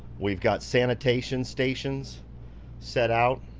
we've got sanitation stations set out